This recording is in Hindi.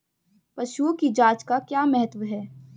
पशुओं की जांच का क्या महत्व है?